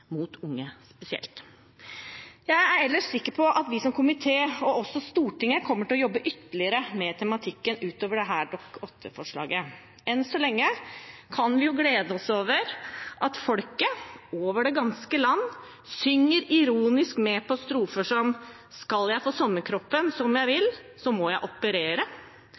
mot unge spesielt. Jeg er ellers sikker på at vi som komité og også Stortinget kommer til å jobbe ytterligere med tematikken utover dette Dokument 8-forslaget. Enn så lenge kan vi glede oss over at folk over det ganske land synger ironisk med på strofer som «Skal jeg få sommerkroppen som jeg vil, så må jeg